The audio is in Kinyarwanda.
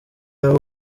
aho